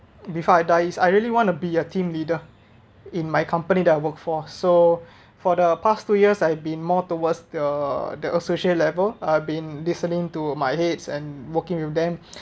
before I die I really want to be a team leader in my company that I worked for so for the past two years I've been more towards the the associate level uh been listening to my heads and working with them